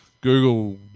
Google